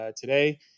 today